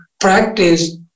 practice